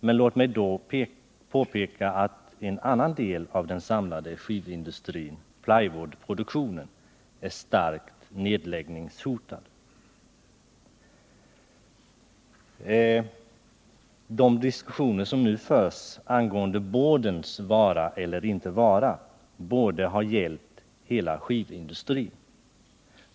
Men låt mig då påpeka att en annan del av den samlade skivindustrin — plywoodproduktionen — är starkt nedläggningshotad. De diskussioner som nu förs angående boardens vara eller inte vara borde ha gällt hela skivindustrin.